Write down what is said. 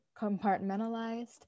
compartmentalized